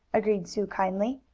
agreed sue kindly.